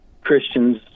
Christians